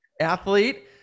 athlete